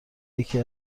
یکی